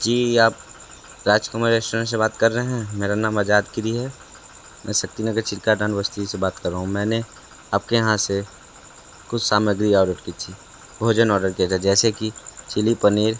जी आप राजकुमार रेस्टोरेंट से बात कर रहें हैं मेरा नाम आजाद गिरी है मैं शक्ति नगर चिरकाडान बस्ती से बात कर रहा हूँ मैंने आपके यहाँ से कुछ समाग्री ऑर्डर की थी भोजन ऑर्डर किए थे जैसे कि चिल्ली पनीर